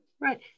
Right